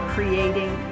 Creating